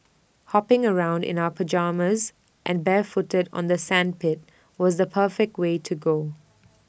hopping around in our pyjamas and barefooted on the sandpit was the perfect way to go